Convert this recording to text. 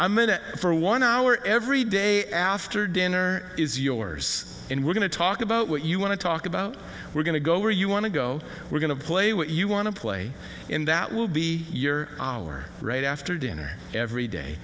minute for one hour every day after dinner is yours and we're going to talk about what you want to talk about we're going to go where you want to go we're going to play what you want to play in that will be your hour right after dinner every day